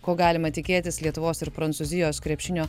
ko galima tikėtis lietuvos ir prancūzijos krepšinio